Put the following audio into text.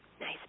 Nice